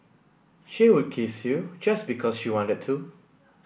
she would kiss you just because she wanted to